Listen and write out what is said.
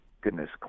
goodness